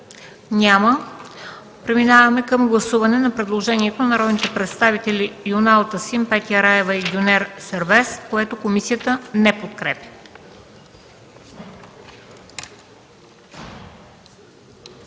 Няма. Преминаваме към гласуване. Първо, гласуваме предложението на народните представители Юнал Тасим, Петя Раева и Гюнер Сербест, което комисията не подкрепя.